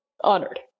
Honored